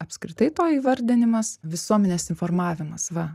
apskritai to įvardinimas visuomenės informavimas va